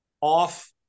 off